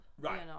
Right